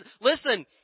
Listen